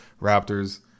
Raptors